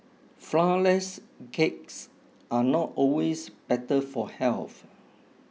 flourless cakes are not always better for health